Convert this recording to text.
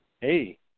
Hey